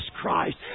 Christ